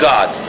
God